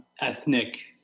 ethnic